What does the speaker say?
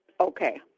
Okay